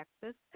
Texas